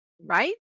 Right